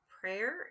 prayer